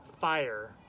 fire